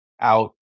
out